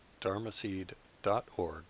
dharmaseed.org